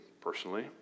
personally